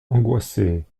angoissée